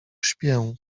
śpię